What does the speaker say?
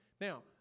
Now